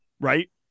Right